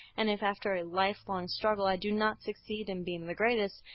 and if after a life-long struggle i do not succeed in being the greatest,